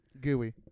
Gooey